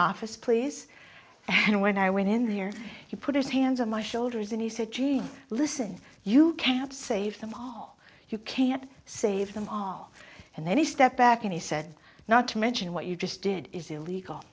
office please and when i went in there he put his hands on my shoulders and he said jeez listen you can't save them all you can't save them all and then he stepped back and he said not to mention what you just did is illegal